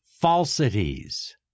falsities